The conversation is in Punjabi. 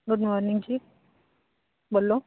ਗੁਡ ਮੋਰਨਿੰਗ ਜੀ ਬੋਲੋ